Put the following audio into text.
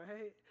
right